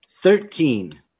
Thirteen